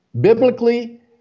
biblically